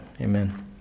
Amen